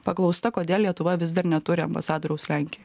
paklausta kodėl lietuva vis dar neturi ambasadoriaus lenkijoj